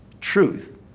truth